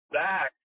back